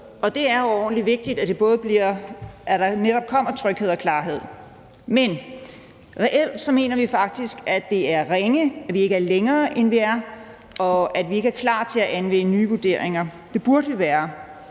det er overordentlig vigtigt, at der netop kommer tryghed og klarhed. Men reelt mener vi faktisk, at det er ringe, at vi ikke er længere, end vi er, og at vi ikke er klar til at anvende nye vurderinger – det burde vi være.